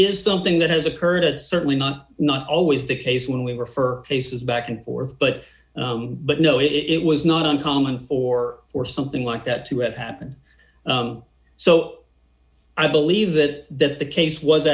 is something that has occurred it certainly not not always the case when we refer cases back and forth but but no it was not uncommon for for something like that to have happened so i believe that that the case was